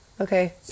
Okay